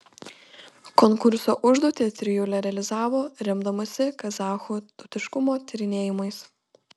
konkurso užduotį trijulė realizavo remdamasi kazachų tautiškumo tyrinėjimais